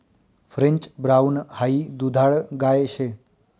French brown हाई दुधाळ गाय शे